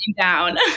down